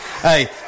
hey